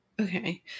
Okay